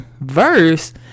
verse